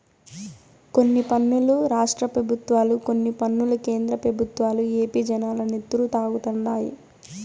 కొన్ని పన్నులు రాష్ట్ర పెబుత్వాలు, కొన్ని పన్నులు కేంద్ర పెబుత్వాలు ఏపీ జనాల నెత్తురు తాగుతండాయి